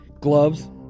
gloves